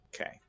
Okay